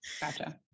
Gotcha